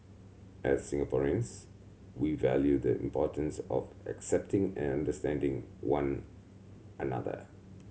as Singaporeans we value the importance of accepting and understanding one another